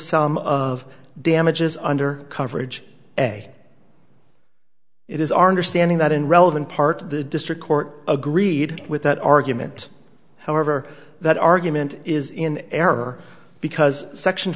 sum of damages under coverage hey it is our understanding that in relevant part the district court agreed with that argument however that argument is in error because section